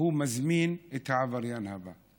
מזמין את העבריין הבא.